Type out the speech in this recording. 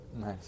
Nice